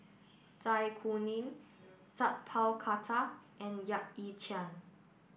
Zai Kuning Sat Pal Khattar and Yap Ee Chian